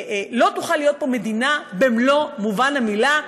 לא תוכל להיות פה מדינה במלוא מובן המילה,